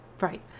Right